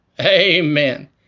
Amen